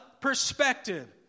perspective